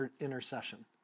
intercession